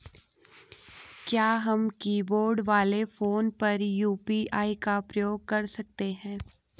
क्या हम कीबोर्ड वाले फोन पर यु.पी.आई का प्रयोग कर सकते हैं?